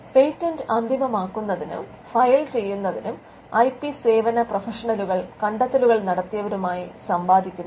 patent അന്തിമമാക്കുന്നതിനും file ചെയ്യുന്നതിനും I P സേവന പ്രൊഫഷണലുകൾ കണ്ടത്തെലുകൾ നടത്തിയവരുമായി സംവദിക്കുന്നു